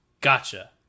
gotcha